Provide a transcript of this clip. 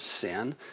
sin